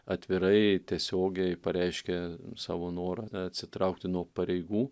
atvirai tiesiogiai pareiškė savo norą atsitraukti nuo pareigų